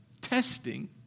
testing